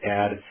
add